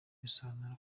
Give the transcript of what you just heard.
bisobanura